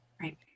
Right